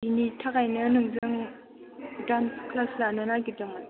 बिनि थाखायनो नोंजों डान्स क्लास लानो नागिरदोंमोन